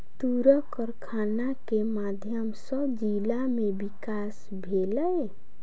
तूरक कारखाना के माध्यम सॅ जिला में विकास भेलै